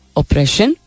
oppression